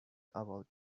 about